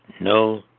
no